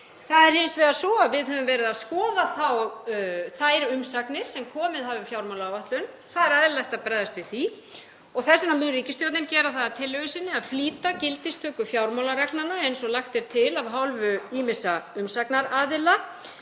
Það er hins vegar svo að við höfum verið að skoða þær umsagnir sem komið hafa um fjármálaáætlun. Það er eðlilegt að bregðast við því og þess vegna mun ríkisstjórnin gera það að tillögu sinni að flýta gildistöku fjármálareglna eins og lagt er til af hálfu ýmissa umsagnaraðila.